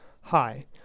Hi